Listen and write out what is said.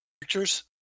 pictures